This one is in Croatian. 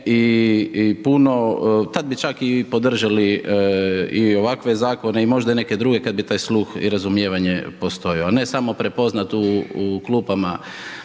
i puno, tada bi čak i podržali i ovakve zakone, kada bi taj sluh i razumijevanje postojao, a ne samo prepoznati u klupama